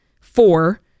Four